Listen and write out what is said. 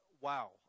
wow